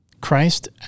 Christ